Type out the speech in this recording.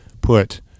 put